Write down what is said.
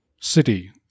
city